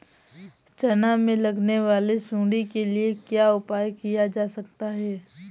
चना में लगने वाली सुंडी के लिए क्या उपाय किया जा सकता है?